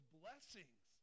blessings